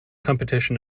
competition